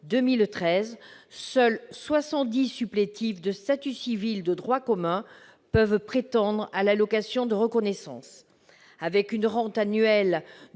seuls 70 supplétifs de statut civil de droit commun pourront prétendre à l'allocation de reconnaissance. La rente annuelle